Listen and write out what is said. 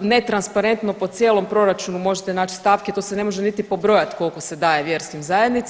netransparentno po cijelom proračunu možete nać stavke, to se ne može niti pobrojat koliko se daje vjerskim zajednicama.